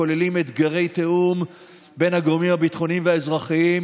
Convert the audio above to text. הכוללים אתגרי תיאום בין הגורמים הביטחוניים והאזרחיים,